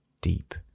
deep